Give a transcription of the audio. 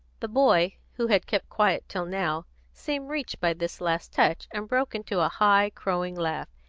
the boy, who had kept quiet till now, seemed reached by this last touch, and broke into a high, crowing laugh,